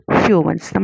humans